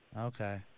Okay